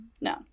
No